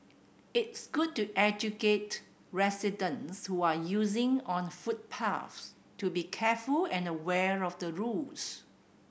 it's good to educate residents who are using on footpaths to be careful and aware of the rules